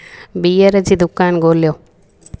beer जी दुकानु ॻोल्हियो